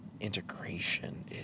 integration